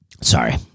sorry